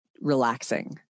relaxing